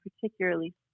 particularly